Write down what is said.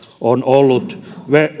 on ollut